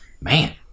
Man